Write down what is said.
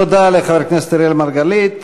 תודה לחבר הכנסת אראל מרגלית.